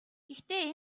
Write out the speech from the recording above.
гэхдээ